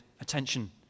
attention